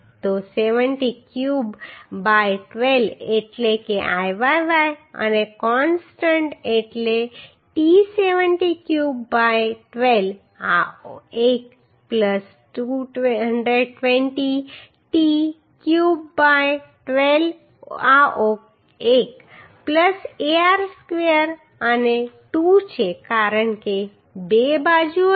તો 70 cube by 12 એટલે કે Iyy અને કોન્સ્ટન્ટ એટલે t 70 ક્યુબ બાય 12 આ એક 220 t ક્યુબ બાય 12 આ એક ar સ્ક્વેર અને 2 છે કારણ કે બે બાજુઓ છે